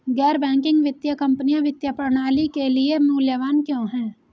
गैर बैंकिंग वित्तीय कंपनियाँ वित्तीय प्रणाली के लिए मूल्यवान क्यों हैं?